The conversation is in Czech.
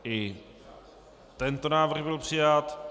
I tento návrh byl přijat.